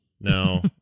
no